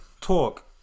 talk